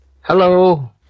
Hello